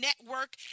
Network